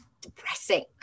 depressing